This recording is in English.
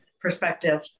perspective